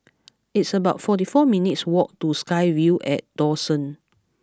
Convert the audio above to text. it's about forty four minutes' walk to SkyVille at Dawson